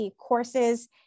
courses